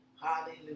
Hallelujah